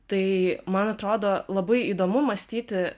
tai man atrodo labai įdomu mąstyti